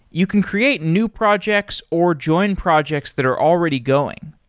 you can create new projects or join projects that are already going.